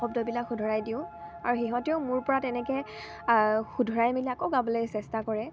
শব্দবিলাক শুধৰাই দিওঁ আৰু সিহঁতেও মোৰ পৰা তেনেকে শুধৰাই গাবলৈ চেষ্টা কৰে